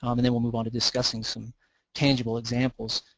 um and then we'll move on to discussing some tangible examples.